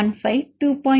15 2